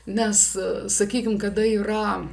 nes sakykim kada yra